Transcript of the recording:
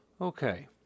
Okay